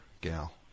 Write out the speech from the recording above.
gal